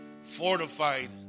fortified